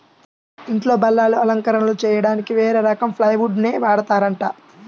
ఇంట్లో బల్లలు, అలంకరణలు చెయ్యడానికి వేరే రకం ప్లైవుడ్ నే వాడతారంట